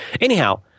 anyhow